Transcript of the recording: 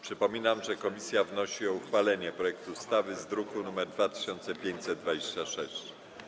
Przypominam, że komisja wnosi o uchwalenie projektu ustawy z druku nr 2526.